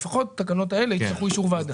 לפחות התקנות האלה יצטרכו את אישור הוועדה.